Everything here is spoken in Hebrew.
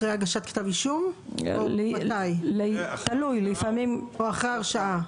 אחרי הגשת כתב אישום או אחרי הרשעה?